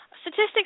statistics